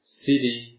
city